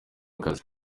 akazi